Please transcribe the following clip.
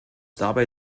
dabei